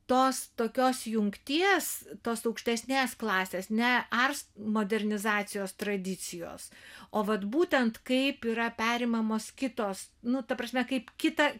tos tokios jungties tos aukštesnės klasės ne ars modernizacijos tradicijos o vat būtent kaip yra perimamos kitos nu ta prasme kaip kita